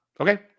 Okay